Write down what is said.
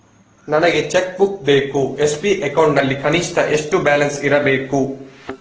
ನನಗೆ cheque book ಬೇಕು SB account ನಲ್ಲಿ ಕನಿಷ್ಠ ಎಷ್ಟು ಬ್ಯಾಲೆನ್ಸ್ ಇರಬೇಕು?